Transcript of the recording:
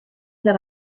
that